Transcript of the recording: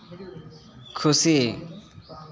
ᱠᱷᱩᱥᱤ